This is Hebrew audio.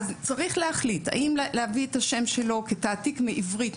אז צריך להחליט האם להביא את השם שלו כתעתיק מעברית,